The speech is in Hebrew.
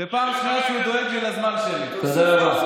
תודה.